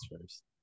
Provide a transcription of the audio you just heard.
first